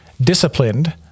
disciplined